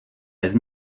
bez